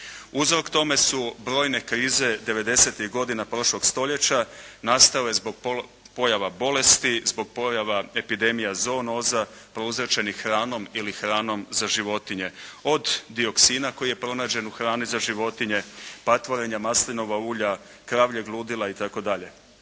Uzrok tome su brojne krize '90.-tih godina prošlog stoljeća, nastale zbog pojave bolest, zbog pojave epidemija zoonoza prouzročenih hranom ili hranom za životinje, od dioksina koji je pronađen u hrani za životinje, patvorenja maslinova ulja, kravljeg ludila itd.